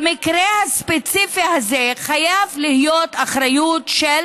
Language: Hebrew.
במקרה הספציפי הזה חייבת להיות אחריות של